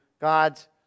God's